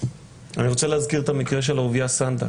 אני רוצה להזכיר את המקרה של אהוביה סנדק,